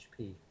HP